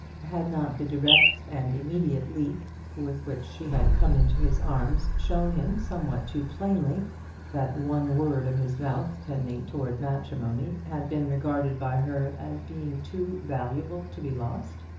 had not the direct and immediate leap with which she had come into his arms shown him somewhat too plainly that one word of his mouth tending towards matrimony had been regarded by her as being too valuable to be lost?